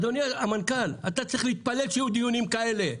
אדוני המנכ"ל, אתה צריך להתפלל שיהיו דיונים כאלה.